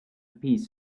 peace